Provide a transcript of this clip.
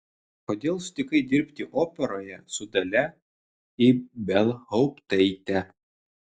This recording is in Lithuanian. kodėl sutikai dirbti operoje su dalia ibelhauptaite